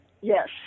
Yes